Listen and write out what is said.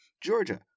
Georgia